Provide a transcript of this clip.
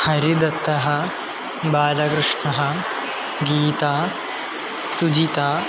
हरिदत्तः बालकृष्णः गीता सुजिता